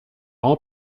all